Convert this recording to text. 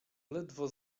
ledwo